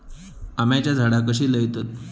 आम्याची झाडा कशी लयतत?